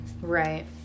Right